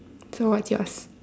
so what's yours